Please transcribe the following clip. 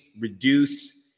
reduce